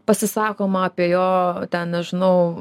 pasisakoma apie jo ten nežinau